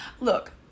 Look